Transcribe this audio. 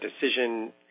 decision